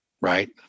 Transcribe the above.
right